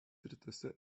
rytuose